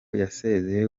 yasezeye